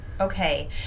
Okay